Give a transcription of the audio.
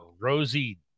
Rosie